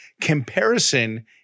Comparison